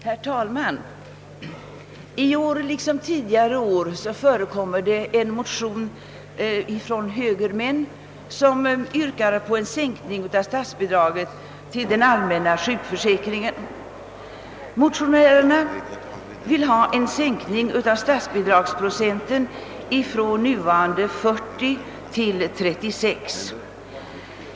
Herr talman! I år liksom tidigare år har det från högerhåll väckts motioner med yrkande om sänkning av statsbidraget till den allmänna sjukförsäkringen. Motionärerna föreslår en sänkning från nuvarande 40 till 36 procent.